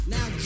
Now